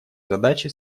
задачи